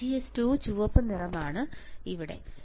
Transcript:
VGS2 ചുവപ്പ് നിറമാണ് ഇവിടെ